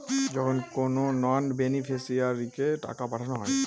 যখন কোনো নন বেনিফিশিয়ারিকে টাকা পাঠানো হয়